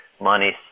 money